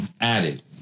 added